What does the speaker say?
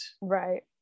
Right